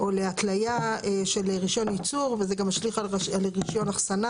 שמעת את נציג משרד האוצר,